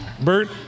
Bert